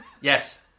Yes